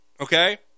Okay